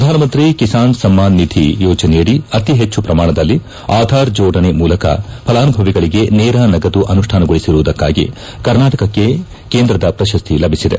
ಪ್ರಧಾನ ಮಂತ್ರಿ ಕಿಸಾನ್ ಸಮ್ಮಾನ್ ನಿಧಿ ಯೋಜನೆಯಡಿ ಅತಿಷೆಟ್ಟು ಪ್ರಮಾಣದಲ್ಲಿ ಆಧಾರ್ ಜೋಡಣೆ ಮೂಲಕ ಫಲಾನುಭವಿಗಳಿಗೆ ನೇರ ನಗದು ಅನುಷ್ಯಾನಗೊಳಿಸಿರುವುದಕ್ಕಾಗಿ ಕರ್ನಾಟಕಕ್ಕೆ ಕೇಂದ್ರದ ಪ್ರಶಸ್ತಿ ಲಭಿಸಿದೆ